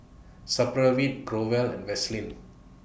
Supravit Growell and Vaselin